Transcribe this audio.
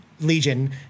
Legion